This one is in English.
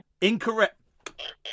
Incorrect